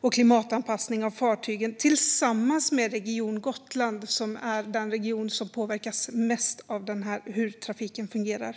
och klimatanpassning av fartygen tillsammans med Region Gotland, som är den region som påverkas mest av hur den här trafiken fungerar.